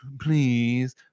please